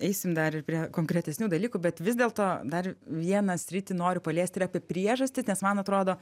eisim dar ir prie konkretesnių dalykų bet vis dėlto dar vieną sritį noriu paliest ir apie priežastis nes man atrodo